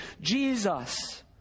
Jesus